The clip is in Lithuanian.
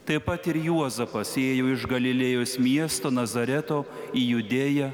taip pat ir juozapas ėjo iš galilėjos miesto nazareto į judėją